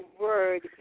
word